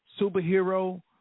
superhero